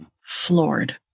floored